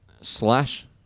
Slash